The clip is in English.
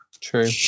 True